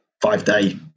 five-day